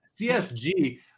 CSG